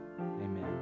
amen